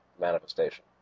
manifestation